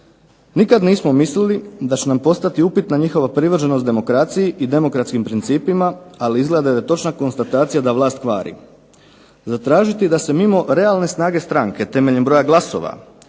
Nikad nismo mislili da će nam postati upitna njihova privrženost demokraciji i demokratskim principima, ali izgleda da je točna konstatacija da vlast kvari. Zatražiti da se mimo realne snage stranke temeljem broja glasova,